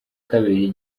kabiri